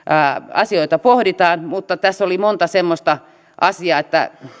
asioita pohditaan mutta tässä oli monta semmoista asiaa että